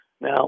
Now